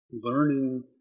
learning